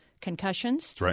concussions